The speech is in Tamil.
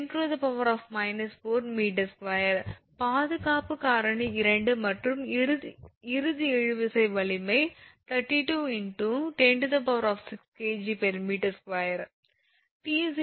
27 × 10−4𝑚2 பாதுகாப்பு காரணி 2 மற்றும் இறுதி இழுவிசை வலிமை 32 × 106𝐾𝑔𝑚2